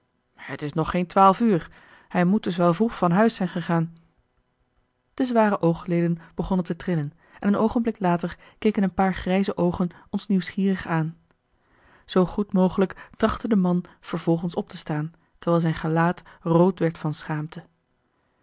het is nog geen twaalf uur hij moet dus wel vroeg van huis zijn gegaan illustratie het forsche bleeke gelaat was doorploegd met lijnen die zorg verraadden de zware oogleden begonnen te trillen en een oogenblik later keken een paar grijze oogen ons nieuwsgierig aan zoo goed mogelijk trachtte de man vervolgens op te staan terwijl zijn gelaat rood werd van schaamte